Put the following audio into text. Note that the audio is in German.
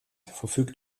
verfügt